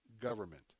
government